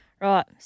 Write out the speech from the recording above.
Right